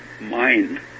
mind